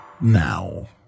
now